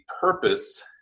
purpose